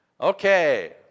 Okay